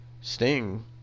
Sting